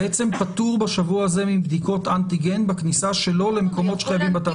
פטור בשבוע הזה מבדיקות אנטיגן בכניסה שלו למקומות שחייבים בתו הירוק.